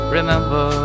remember